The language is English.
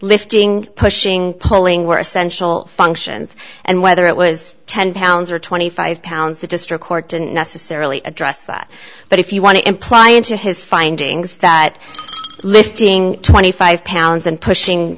lifting pushing pulling were essential functions and whether it was ten pounds or twenty five pounds the district court didn't necessarily address that but if you want to imply into his findings that lifting twenty five pounds and pushing